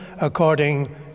according